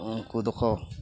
ᱩᱝᱠᱩ ᱫᱚᱠᱚ